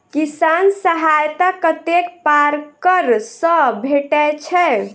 किसान सहायता कतेक पारकर सऽ भेटय छै?